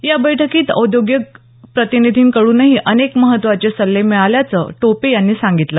या बैठकीत औद्योगिक प्रतिनिधींकडूनही अनेक महत्त्वाचे सल्ले मिळाल्याचं टोपे यांनी सांगितलं